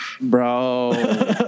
Bro